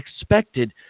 expected